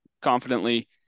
confidently